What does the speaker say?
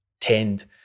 tend